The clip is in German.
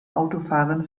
autofahrern